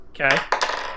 Okay